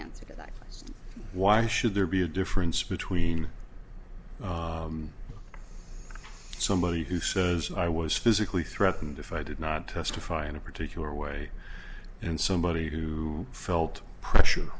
answer to that why should there be a difference between somebody who says i was physically threatened if i did not testify in a particular way and somebody who felt pressure